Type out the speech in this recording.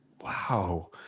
Wow